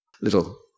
little